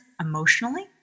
emotionally